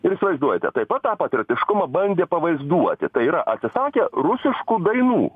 ir įsivaizduojate taip pat tą patriotiškumą bandė pavaizduoti tai yra atsisakę rusiškų dainų